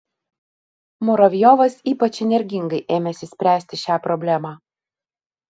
muravjovas ypač energingai ėmėsi spręsti šią problemą